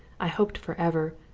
i hoped for ever,